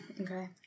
okay